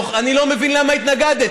אני לא מבין למה התנגדת.